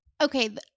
okay